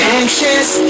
anxious